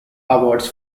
awards